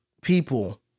people